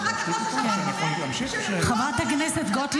אחר כך ראש השב"כ אומר שהוא לא --- חברת הכנסת גוטליב,